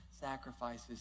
sacrifices